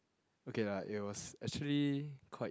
okay lah it was actually